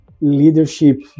leadership